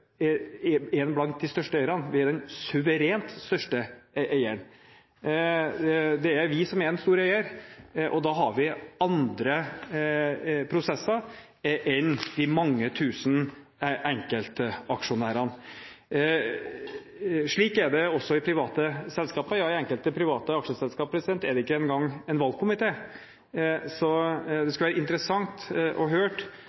er vi jo ikke bare én blant de største eierne – vi er den suverent største eieren. Det er vi som er en stor eier, og da har vi andre prosesser enn de mange tusen enkeltaksjonærene. Slik er det også i private selskaper, ja, i enkelte private aksjeselskaper er det ikke engang en valgkomité. Så det